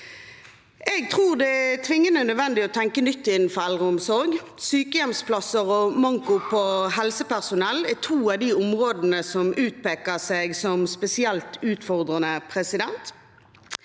Jeg tror det er tvingende nødvendig å tenke nytt innenfor eldreomsorgen. Antall sykehjemsplasser og manko på helsepersonell er to av de områdene som utpeker seg som spesielt utfordrende.